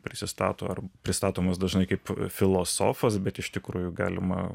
prisistato ar pristatomas dažnai kaip filosofas bet iš tikrųjų galima